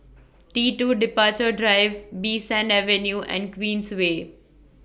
T two Departure Drive Bee San Avenue and Queensway